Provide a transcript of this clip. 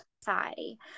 society